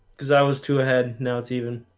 because i was too ahead now it's even.